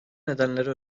nedenleri